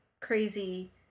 crazy